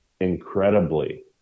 incredibly